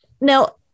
now